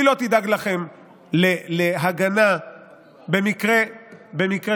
היא לא תדאג לכם להגנה במקרה שנדבקתם,